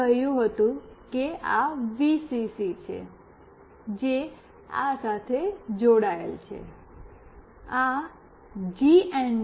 મેં કહ્યું હતું કે આ વીસીસી છે જે આ સાથે જોડાયેલ છે આ જી